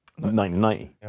1990